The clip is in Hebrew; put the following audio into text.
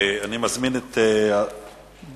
תודה רבה.